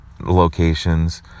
locations